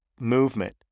movement